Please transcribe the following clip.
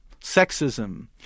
sexism